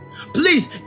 Please